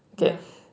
ya